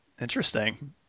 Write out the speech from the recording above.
Interesting